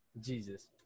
Jesus